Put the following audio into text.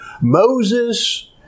Moses